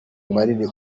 manini